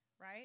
right